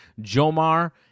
Jomar